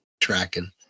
tracking